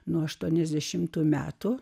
nuo aštuoniasdešimtų